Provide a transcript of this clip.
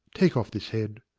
take off this head.